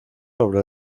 sobre